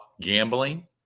gambling